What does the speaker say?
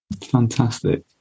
fantastic